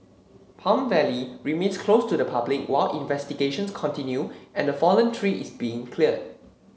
Palm Valley remains closed to the public while investigations continue and the fallen tree is being cleared